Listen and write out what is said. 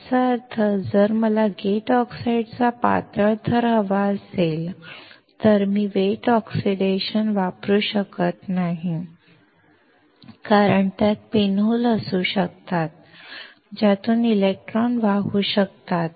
याचा अर्थ जर मला गेट ऑक्साईडचा पातळ थर हवा असेल तर मी वेट ऑक्सिडेशन वापरू शकत नाही कारण त्यात पिन होल असू शकतात ज्यातून इलेक्ट्रॉन वाहू शकतो